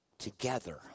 Together